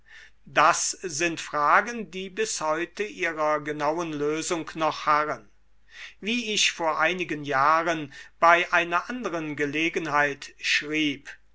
das sind fragen die bis heute ihrer genauen lösung noch harren wie ich vor einigen jahren bei einer anderen gelegenheit schrieb